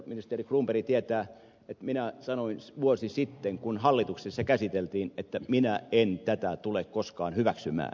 ministeri cronberg tietää että minä sanoin vuosi sitten kun hallituksessa käsiteltiin että minä en tätä tule koskaan hyväksymään